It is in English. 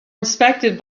inspected